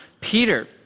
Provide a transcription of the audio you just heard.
Peter